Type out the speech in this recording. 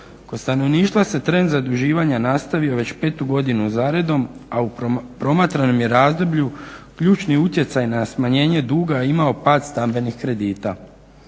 Kod stanovništva se trend zaduživanja nastavio već petu godinu za redom, a u promatranom je razdoblju ključni utjecaj na smanjenje duga imao pad stambenih kredita.